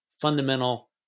fundamental